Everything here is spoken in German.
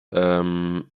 ähm